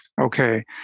Okay